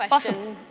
awesome,